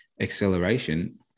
acceleration